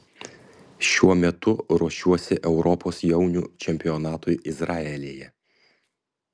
šiuo metu ruošiuosi europos jaunių čempionatui izraelyje